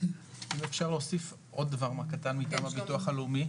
אם אפשר להוסיף עוד דבר מה קטן מטעם הביטוח הלאומי.